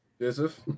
Joseph